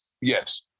Yes